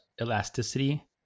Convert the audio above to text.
elasticity